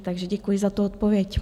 Takže děkuji za tu odpověď.